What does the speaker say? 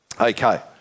Okay